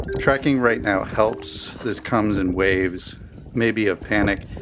tracking right now helps. this comes in waves maybe of panic.